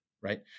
right